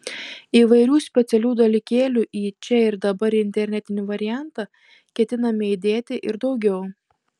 įvairių specialių dalykėlių į čia ir dabar internetinį variantą ketiname įdėti ir daugiau